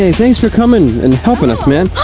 thanks for coming and helping us, man.